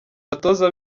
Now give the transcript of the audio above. batoza